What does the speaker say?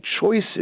choices